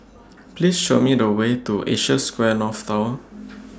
Please Show Me The Way to Asia Square North Tower